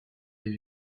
des